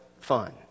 fun